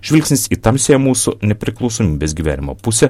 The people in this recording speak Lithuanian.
žvilgsnis į tamsiąją mūsų nepriklausomybės gyvenimo pusę